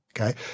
Okay